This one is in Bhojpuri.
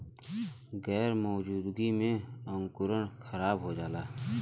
गैर मौजूदगी में अंकुरण खराब हो जाला